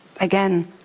Again